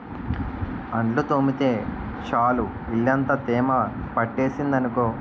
అంట్లు తోమితే చాలు ఇల్లంతా తేమ పట్టేసింది అనుకో